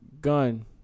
gun